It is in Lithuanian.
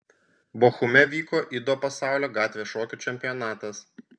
bochume vyko ido pasaulio gatvės šokių čempionatas